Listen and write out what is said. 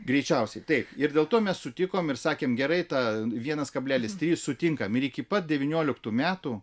greičiausiai taip ir dėl to mes sutikom ir sakėm gerai tą vienas kablelis trys sutinkam ir iki pat devynioliktų metų